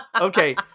Okay